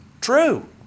True